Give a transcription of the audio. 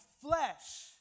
flesh